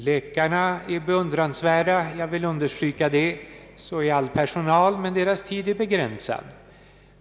Läkarna är beundransvärda, det vill jag understryka, liksom all personal, men deras tid är begränsad.